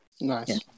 Nice